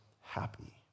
happy